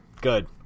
Good